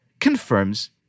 confirms